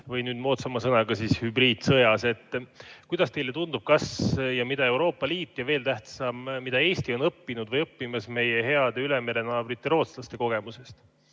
või moodsama sõnaga hübriidsõjas. Kuidas teile tundub, mida Euroopa Liit, ja veel tähtsam, mida Eesti on õppinud või õppimas meie heade ülemerenaabrite rootslaste kogemustest?